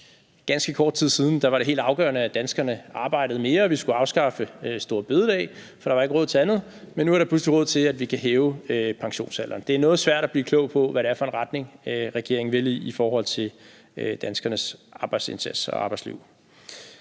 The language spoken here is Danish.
ganske kort tid siden var det helt afgørende, at danskerne arbejdede mere, og vi skulle afskaffe store bededag, for der var ikke råd til andet. Men nu er der pludselig råd til, at vi kan hæve pensionsalderen. Det er noget svært at blive klog på, hvad det er for en retning, regeringen vil i, i forhold til danskernes arbejdsindsats og arbejdsliv.